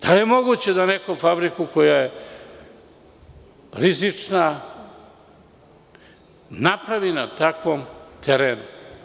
Da li je moguće da neko fabriku koja je rizična, napravi na takvom terenu?